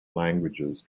languages